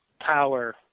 power